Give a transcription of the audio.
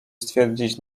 stwierdzić